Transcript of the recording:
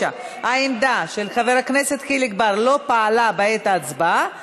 העמדה של חבר הכנסת חיליק בר לא פעלה בעת ההצבעה,